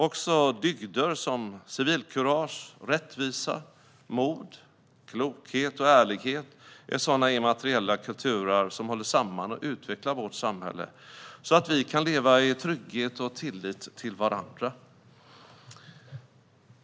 Också dygder som civilkurage, rättvisa, mod, klokhet och ärlighet är sådana immateriella kulturarv som håller samman och utvecklar vårt samhälle så att vi kan leva i trygghet och tillit till varandra.